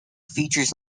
features